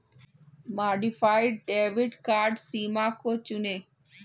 modified debit card सीमा को चुनें